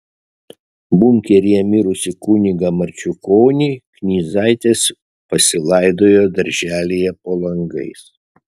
bunkeryje mirusį kunigą marčiukonį knyzaitės pasilaidojo darželyje po langais